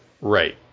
Right